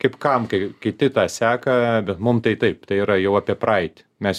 kaip kam kai kiti tą seka bet mum tai taip tai yra jau apie praeitį mes